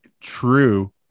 True